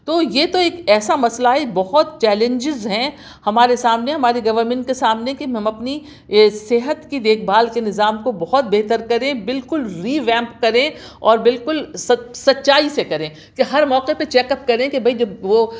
تو یہ تو ایک ایسا مسئلہ ہے بہت چیلنجز ہیں ہمارے سامنے ہماری گورنمنٹ کے سامنے کہ ہم اپنی یہ صحت کی دیکھ بھال کے نظام کو بہت بہتر کریں بالکل ریویمپ کریں اور بالکل سچ سچائی سے کریں کہ ہر موقع پر چیک اپ کریں کہ بھائی جب وہ